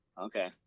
Okay